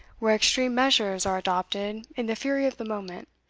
where extreme measures are adopted in the fury of the moment,